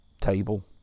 table